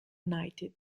united